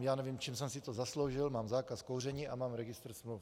Já nevím, čím jsem si to zasloužil mám zákaz kouření a registr smluv.